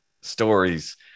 stories